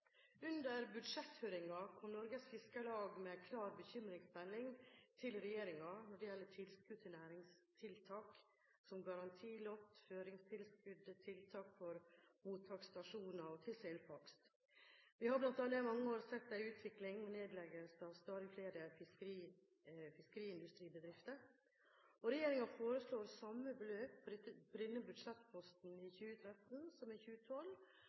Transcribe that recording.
Under budsjetthøringen kom Norges Fiskarlag med en klar bekymringsmelding til regjeringen når det gjelder tilskudd til næringstiltak som garantilott, føringstilskudd til tiltak for mottaksstasjoner og til selfangst. Vi har bl.a. i mange år sett en utvikling med nedleggelse av stadig flere fiskeindustribedrifter. Regjeringen foreslår samme beløp på denne budsjettposten for 2013 som for 2012,